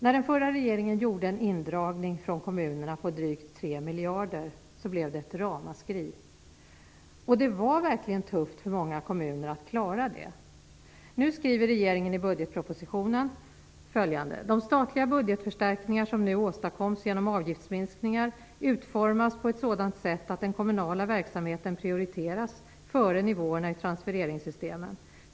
När den förra regeringen gjorde en indragning från kommunerna på drygt tre miljarder blev det ett ramaskri, och det var verkligen tufft för många kommuner att klara av detta. Nu skriver regeringen i budgetpropositionen följande: "De statliga budgetförstärkningar som nu åstadkoms genom avgiftsminskningar utformas på ett sådant sätt att den kommunala verksamheten prioriteras före nivåerna i transfereringssystemen.